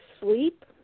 sleep